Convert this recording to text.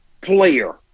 player